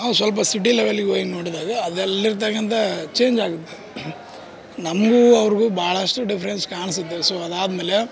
ನಾವು ಸ್ವಲ್ಪ ಸಿಟಿ ಲೆವೆಲ್ಲಿಗೆ ಹೋಗ್ ನೋಡಿದಾಗ ಅದೇ ಅಲ್ಲಿರ್ತಕ್ಕಂಥ ಚೇಂಜ್ ಆಗತ್ತೆ ನಮಗು ಅವ್ರಿಗು ಬಹಳಷ್ಟು ಡಿಫ್ರೆನ್ಸ್ ಕಾಣಿಸುತ್ತೆ ಸೊ ಅದಾದಮೇಲೆ